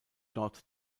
dort